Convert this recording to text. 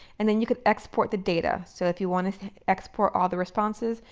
and then you could export the data. so if you want to export all the responses,